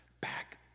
back